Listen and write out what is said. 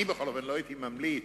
אני בכל אופן לא הייתי ממליץ